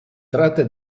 tratta